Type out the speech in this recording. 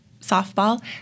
softball